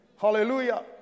Hallelujah